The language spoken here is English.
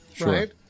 right